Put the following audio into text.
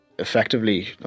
Effectively